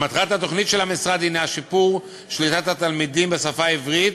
מטרת התוכנית של המשרד היא שיפור שליטת התלמידים בשפה העברית,